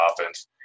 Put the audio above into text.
offense